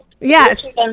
yes